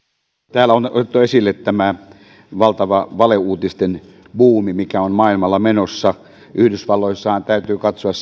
täällä on otettu esille tämä valtava valeuutisten buumi mikä on maailmalla menossa yhdysvalloissahan täytyy katsoa